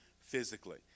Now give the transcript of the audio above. physically